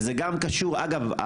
וזה גם קשור אגב,